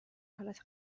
حالت